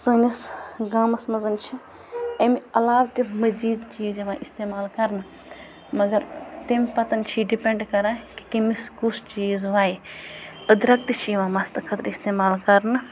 سٲنِس گامَس منٛز چھِ اَمہِ علاوٕ تہِ مٔزیٖد چیٖز یِوان اِستعمال کرنہٕ مَگر تَمہِ پَتہٕ چھِ یہِ ڈِپٮ۪نٛڈ کران کہِ کٔمِس کُس چیٖز وَیہِ أدرَک تہِ چھِ یِوان مَستہٕ خٲطرٕ اِستعمال کرنہٕ